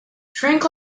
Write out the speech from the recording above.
drink